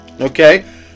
Okay